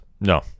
No